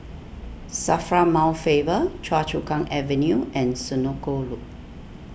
Safra Mount Faber Choa Chu Kang Avenue and Senoko Loop